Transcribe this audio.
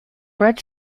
bread